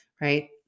right